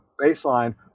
baseline